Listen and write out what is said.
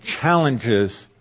challenges